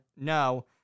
no